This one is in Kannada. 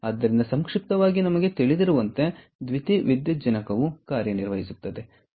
ಆದ್ದರಿಂದ ಸಂಕ್ಷಿಪ್ತವಾಗಿ ನಮಗೆ ತಿಳಿದಿರುವಂತೆ ದ್ಯುತಿವಿದ್ಯುಜ್ಜನಕವು ಕಾರ್ಯನಿರ್ವಹಿಸುತ್ತದೆ